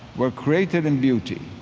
we're created in beauty.